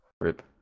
Rip